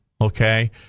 okay